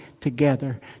together